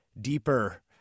deeper